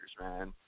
man